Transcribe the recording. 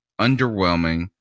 underwhelming